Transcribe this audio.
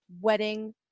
wedding